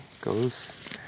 goes